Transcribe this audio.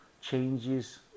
changes